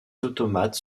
automates